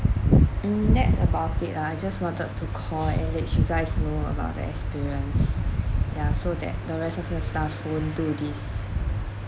mm that's about it lah I just wanted to call and let you guys know about the experience yeah so that the rest of your staff won't do this